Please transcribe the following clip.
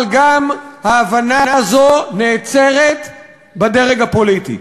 אבל גם ההבנה הזאת נעצרת בדרג הפוליטי.